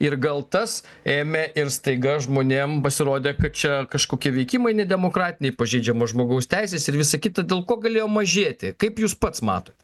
ir gal tas ėmė ir staiga žmonėm pasirodė kad čia kažkokie veikimai nedemokratiniai pažeidžiamos žmogaus teisės ir visa kita dėl ko galėjo mažėti kaip jūs pats matot